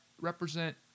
represent